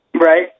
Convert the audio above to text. Right